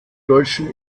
deutschen